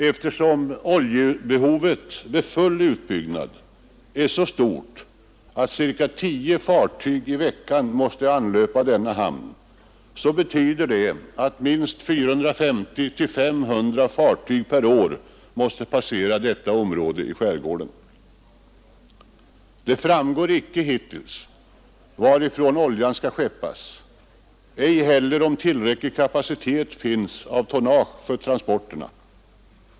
Eftersom oljebehovet vid full utbyggnad är så stort, att ca 10 fartyg per vecka måste anlöpa denna hamn, betyder det att minst 450—500 fartyg per år skulle passera detta område i skärgården. Det framgår inte hittills varifrån oljan skall skeppas, ej heller om tillräcklig kapacitet finns av tonnage för transporterna.